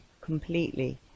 completely